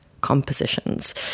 compositions